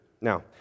Now